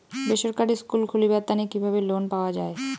বেসরকারি স্কুল খুলিবার তানে কিভাবে লোন পাওয়া যায়?